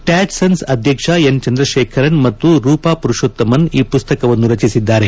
ಟ್ಕಾಟ್ Sons ಅಧ್ವಕ್ಷ N Chandrasekaran ಮತ್ತು ರೂಪ ಮರುಷೋತ್ತಮನ್ ಈ ಮಸ್ತಕವನ್ನು ರಚಿಸಿದ್ದಾರೆ